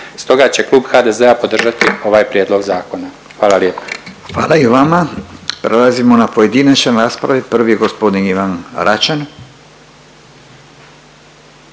Stoga će klub HDZ-a podržati ovaj prijedlog zakona. Hvala lijepa. **Radin, Furio (Nezavisni)** Hvala i vama. Prelazi na pojedinačne rasprave. Prvi gospodin Ivan Račan.